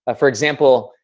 ah for example,